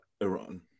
Iran